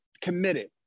committed